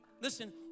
Listen